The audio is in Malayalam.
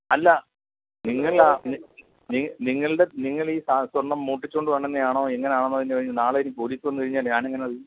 അല്ല നിങ്ങളിൽ നിങ്ങളുടെ നിങ്ങൾ ഈ സ്വർണ്ണം മോഷ്ടിച്ചുകൊണ്ട് വന്നതാണോ എങ്ങനെ ആണെന്നോ നാളെ ഇനി പോലീസ് വന്ന് കഴിഞ്ഞാൽ ഞാൻ എങ്ങനെ അറിയും